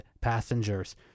passengers